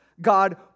god